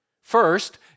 First